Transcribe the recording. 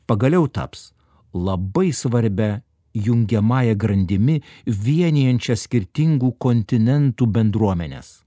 pagaliau taps labai svarbia jungiamąja grandimi vienijančia skirtingų kontinentų bendruomenes